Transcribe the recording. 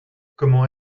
comment